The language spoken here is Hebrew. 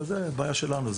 אז זאת בעיה שלנו.